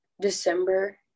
December